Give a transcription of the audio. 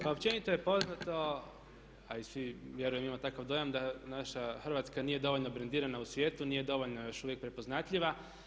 Pa općenito je poznato a i svi, vjerujem imam takav dojam da naša Hrvatska nije dovoljno brendirana u svijetu, nije dovoljno još uvijek prepoznatljiva.